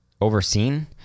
overseen